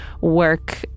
work